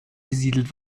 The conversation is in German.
besiedelt